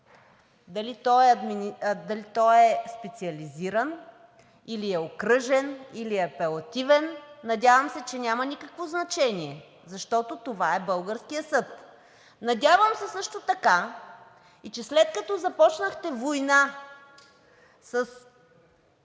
дали той е специализиран или е окръжен, или е апелативен, надявам се, че няма никакво значение, защото това е българският съд. Надявам се, след като започнахте война с